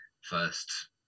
first